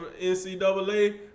NCAA